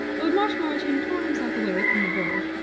lord marshmoreton tore himself away from the bird.